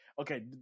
okay